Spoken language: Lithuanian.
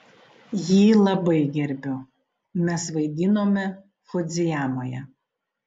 jį labai gerbiu mes vaidinome fudzijamoje